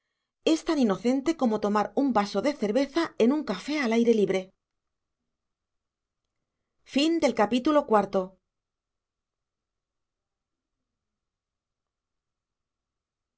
es tan inocente como tomar un vaso de cerveza en un café al aire libre